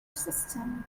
system